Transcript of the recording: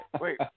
wait